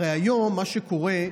הרי היום מה שקורה,